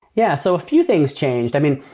yeah. so a few things changed. i mean,